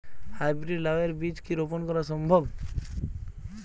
High breed লাও এর বীজ কি রোপন করা সম্ভব?